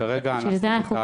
פה.